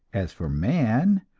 as for man,